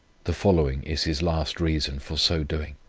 the following is his last reason for so doing